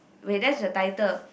wait there's a title